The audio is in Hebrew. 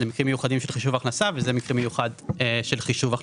למקרים מיוחדים של חישוב הכנסה וזה מקרה מיוחד של חישוב הכנסה.